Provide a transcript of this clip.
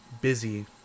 busy